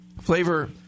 flavor